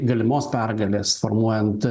galimos pergalės formuojant